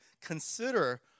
consider